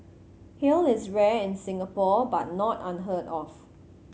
hail is rare in Singapore but not unheard of